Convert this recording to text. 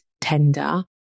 Tender